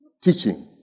Teaching